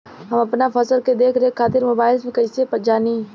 हम अपना फसल के देख रेख खातिर मोबाइल से कइसे जानी?